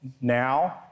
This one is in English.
Now